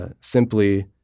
simply